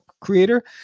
creator